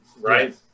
right